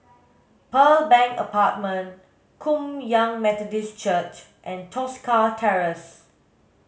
Pearl Bank Apartment Kum Yan Methodist Church and Tosca Terrace